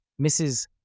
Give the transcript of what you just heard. Mrs